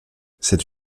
cette